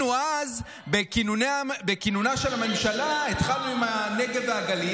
בכינונה של הממשלה התחלנו עם הנגב והגליל.